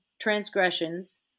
transgressions